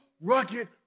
rugged